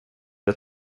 jag